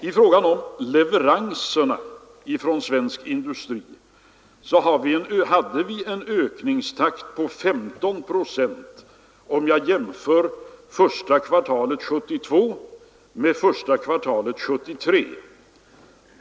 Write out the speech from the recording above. I fråga om leveranserna från svensk industri hade vi en ökningstakt på 15 procent, om jag jämför första kvartalet 1972 med första kvartalet 1973.